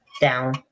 down